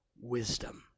wisdom